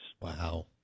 Wow